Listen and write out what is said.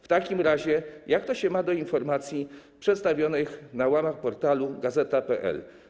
W takim razie jak to się ma do informacji przedstawionych na łamach portalu Gazeta.pl?